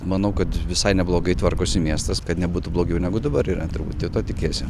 manau kad visai neblogai tvarkosi miestas kad nebūtų blogiau negu dabar yra truputį to tikiesi